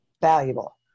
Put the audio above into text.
valuable